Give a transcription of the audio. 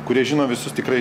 kurie žino visus tikrai